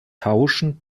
tauschen